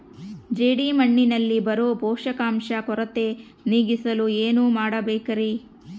ಜೇಡಿಮಣ್ಣಿನಲ್ಲಿ ಬರೋ ಪೋಷಕಾಂಶ ಕೊರತೆ ನೇಗಿಸಲು ಏನು ಮಾಡಬೇಕರಿ?